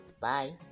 Bye